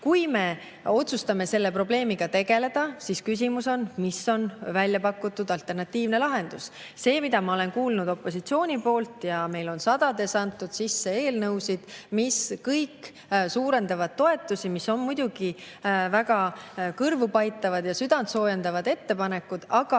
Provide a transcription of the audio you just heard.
Kui me otsustame selle probleemiga tegeleda, siis on küsimus: mis on välja pakutud alternatiivne lahendus? See, mida ma olen kuulnud opositsioonilt – ja meil on sadades sisse antud eelnõusid, mis suurendavad toetusi ja mis on muidugi väga kõrvupaitavad ja südantsoojendavad ettepanekud –,